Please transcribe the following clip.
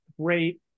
great